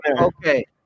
okay